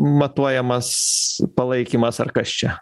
matuojamas palaikymas ar kas čia